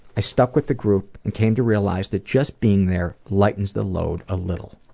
i stuck with the group and came to realize that just being there lightens the load a little,